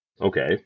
Okay